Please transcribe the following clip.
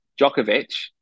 Djokovic